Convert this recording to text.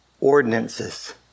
ordinances